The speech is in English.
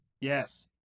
yes